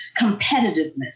competitiveness